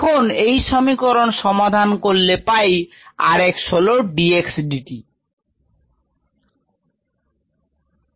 এখন এই সমীকরণ সমাধান করলে পাই r x হলো d x dt